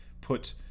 put